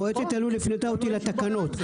מועצת הלול הפנתה אותי לתקנות.